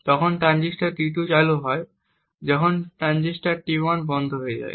তখন transistor T2 চালু হয় যখন ট্রানজিস্টর T1 বন্ধ হয়ে যায়